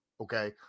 okay